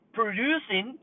producing